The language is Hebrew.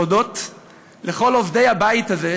להודות לכל עובדי הבית הזה,